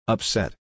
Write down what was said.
Upset